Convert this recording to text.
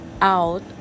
out